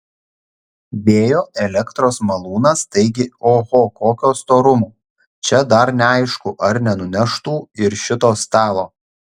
vėjo elektros malūnas taigi oho kokio storumo čia dar neaišku ar nenuneštų ir šito stalo